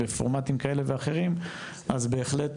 בפורמטים כאלה ואחרים, אז בהחלט